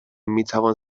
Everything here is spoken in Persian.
میتوان